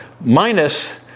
minus